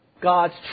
God's